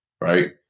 right